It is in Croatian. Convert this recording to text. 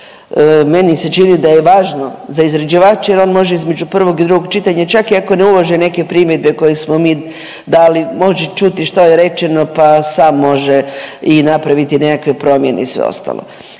meni se čini da je važno za izrađivača jer on može između prvog i drugog čitanja čak i ako ne uvaže neke primjedbe koje smo mi dali, može čuti što je rečeno pa sam može i napraviti i nekakve promjene i sve ostalo.